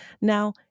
Now